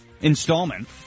installment